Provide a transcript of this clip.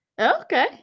Okay